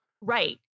Right